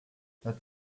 that